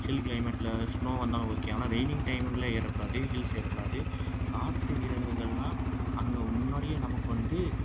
சில் க்ளைமேட்டில் ஸ்னோவாக இருந்தாலும் ஓகே ஆனால் ரெயினிங் டைமிங்ல ஏறக்கூடாது ஹில்ஸ் ஏறக்கூடாது காட்டு விலங்குகள்னால் அங்கே முன்னாடியே நமக்கு வந்து